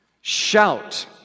Shout